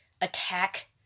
attack